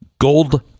Gold